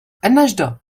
النجدة